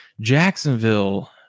jacksonville